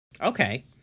Okay